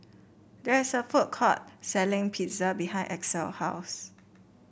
there is a food court selling Pizza behind Axel house